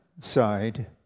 side